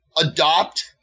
adopt